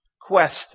quest